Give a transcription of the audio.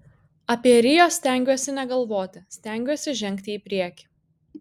apie rio stengiuosi negalvoti stengiuosi žengti į priekį